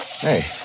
Hey